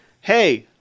hey